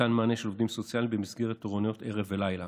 ניתן מענה של עובדים סוציאליים במסגרת תורנויות ערב ולילה.